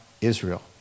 Israel